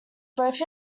both